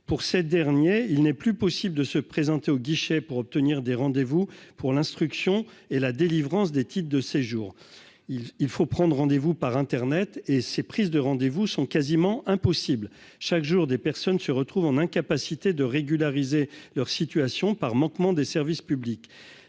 pour ces derniers, il n'est plus possible de se présenter au guichet pour obtenir des rendez-vous pour l'instruction et la délivrance des titres de séjour il il faut prendre rendez-vous par internet et ses prises de rendez-vous sont quasiment impossibles, chaque jour, des personnes se retrouve en incapacité de régulariser leur situation par manquement des services publics,